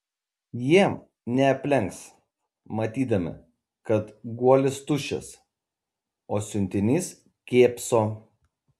jie neaplenks matydami kad guolis tuščias o siuntinys kėpso